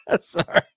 Sorry